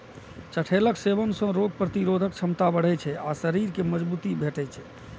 चठैलक सेवन सं रोग प्रतिरोधक क्षमता बढ़ै छै आ शरीर कें मजगूती भेटै छै